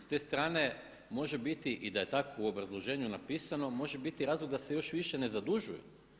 S te strane može biti i da je tako u obrazloženju napisano može biti razlog da se još više ne zadužuju.